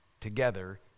together